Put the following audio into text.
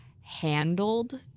handled